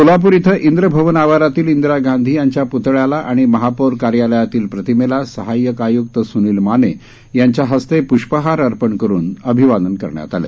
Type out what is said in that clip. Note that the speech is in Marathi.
सोलापूर इथं इंद्र भवन आवारातील इंदिरा गांधी यांच्या प्तळ्याला आणि महापौर कार्यालयातील प्रतिमेला सहाय्यक आय्क्त स्नील माने यांच्या हस्ते प्ष्पहार अर्पण करुन अभिवादन करण्यात आलं